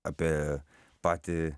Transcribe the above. apie patį